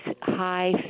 high